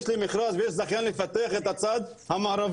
יש לי מכרז ויש זכיין לפתח את הצד המערבי,